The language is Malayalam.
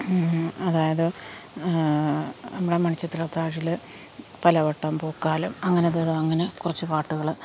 അതായത് നമ്മുടെ മണിച്ചിത്രത്താഴിൽ പലവട്ടം പൂക്കാലം അങ്ങനെ ഇത് അങ്ങനെ കുറച്ച് പാട്ടുകൾ